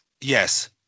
yes